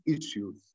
issues